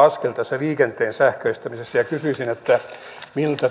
askelta liikenteen sähköistämisessä ja kysyisin miltä